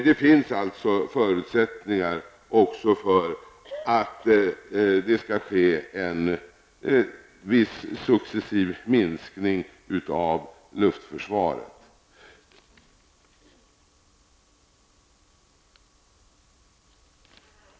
Det finns alltså förutsättningar för en viss successiv minskning av luftförsvaret.